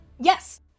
yes